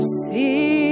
see